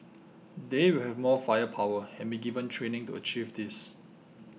they will have more firepower and be given training to achieve this